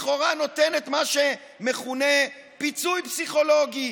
לכאורה, נותנת את מה שמכונה "פיצוי פסיכולוגי".